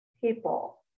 people